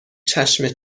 چشم